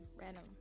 random